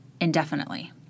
indefinitely